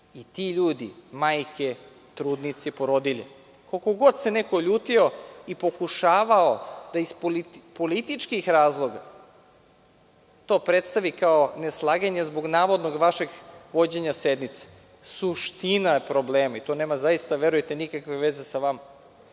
Ti ljudi, majke, trudnice i porodilje, koliko god se neko ljutio i pokušavao da iz političkih razloga to predstavi kao neslaganje zbog navodnog vašeg vođenja sednice, suština je problema i to nema zaista verujte nikakve veze sa vama.